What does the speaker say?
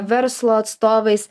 verslo atstovais